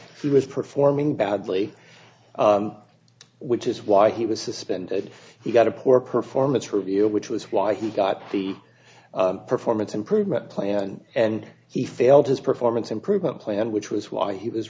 was performing badly which is why he was suspended he got a poor performance review which was why he got the performance improvement plan and he failed his performance improvement plan which was why he was